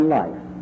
life